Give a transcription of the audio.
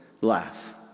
laugh